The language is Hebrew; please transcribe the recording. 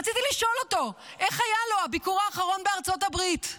רציתי לשאול אותו איך היה לו הביקור האחרון בארצות הברית.